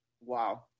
wow